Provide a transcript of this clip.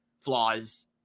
flaws